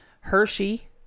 Hershey